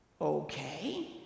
Okay